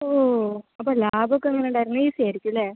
ഓ അപ്പം ലാബ് ഒക്ക എങ്ങന ഉണ്ടായിരുന്നു ഈസി ആയിരിക്കും അല്ലെ